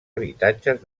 habitatges